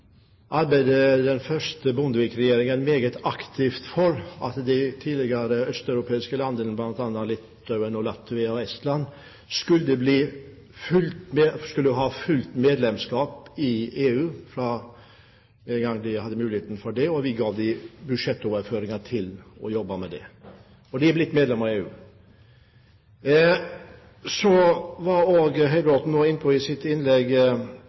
arbeidet den første Bondevik-regjeringen meget aktivt for at de tidligere østeuropeiske land – bl.a. Litauen, Latvia og Estland – skulle ha fullt medlemskap i EU med en gang de hadde mulighet for det. Vi ga dem budsjettoverføringer til å jobbe med det, og de er blitt medlem av EU. Så var Høybråten i sitt innlegg nå inne på